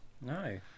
No